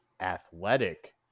athletic